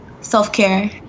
self-care